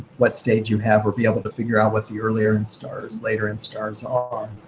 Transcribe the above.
what stage you have or be able to figure out what the earlier instars, later instars are.